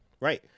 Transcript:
right